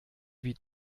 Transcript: wie